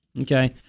Okay